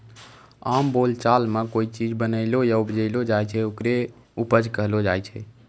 आम बोलचाल मॅ कोय चीज बनैलो या उपजैलो जाय छै, होकरे उपज कहलो जाय छै